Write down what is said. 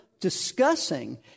discussing